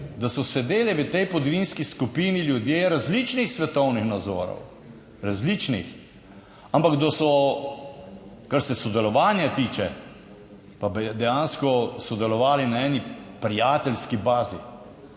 da so sedeli v tej podvinski skupini ljudje različnih svetovnih nazorov, različnih, ampak da so, kar se sodelovanja tiče, pa dejansko sodelovali na eni prijateljski bazi.